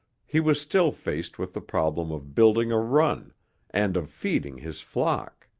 he was still faced with the problem of building a run and of feeding his flock.